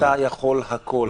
אתה יכול הכול.